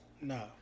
No